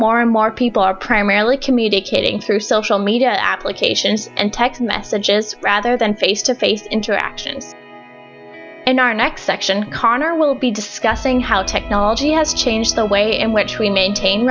more and more people are primarily communicating through social media applications and text messages rather than face to face interactions and our next section conor will be discussing how technology has changed the way in which we maintain